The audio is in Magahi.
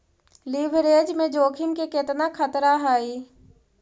लिवरेज में जोखिम के केतना खतरा हइ?